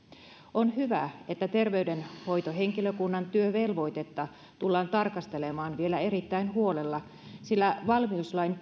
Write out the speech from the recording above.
on hyvä että terveydenhoitohenkilökunnan työvelvoitetta tullaan tarkastelemaan vielä erittäin huolella sillä valmiuslain